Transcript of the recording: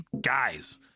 guys